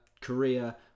Korea